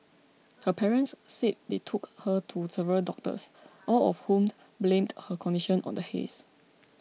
her parents said they took her to several doctors all of whom blamed her condition on the haze